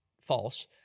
false